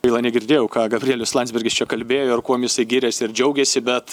gaila negirdėjau ką gabrielius landsbergis čia kalbėjo ir kuom jisai gyrėsi ir džiaugėsi bet